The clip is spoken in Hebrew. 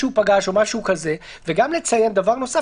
שהוא גם ביצע עבירה פלילית,